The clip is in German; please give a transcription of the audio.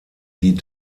die